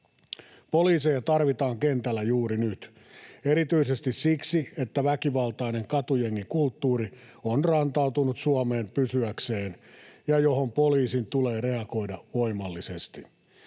Poliiseja tarvitaan kentällä juuri nyt erityisesti siksi, että väkivaltainen katujengikulttuuri on rantautunut Suomeen pysyäkseen, ja siihen poliisin tulee reagoida voimallisesti.